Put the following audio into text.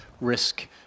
risk